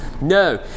No